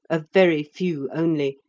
a very few only,